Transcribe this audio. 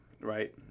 right